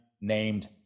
named